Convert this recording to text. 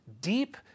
deep